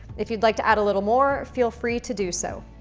if you'd like to add a little more, feel free to do so.